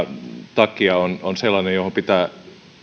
takia on on sellainen johon pitää